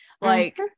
like-